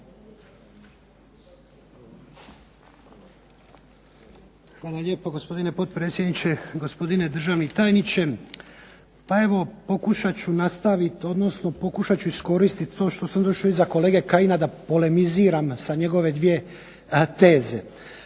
Hvala lijepo gospodine potpredsjedniče, gospodine državni tajniče. Pa evo pokušat ću nastaviti, odnosno pokušat ću iskoristiti to što sam došao iza kolege Kajina da polemiziram sa njegove 2 teze.